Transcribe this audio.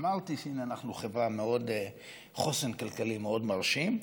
אמרתי שאנחנו חברה עם חוסן כלכלי מאוד מרשים,